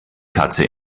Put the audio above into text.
katze